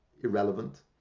irrelevant